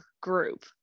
group